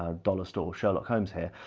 ah dollar store sherlock holmes here,